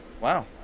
Wow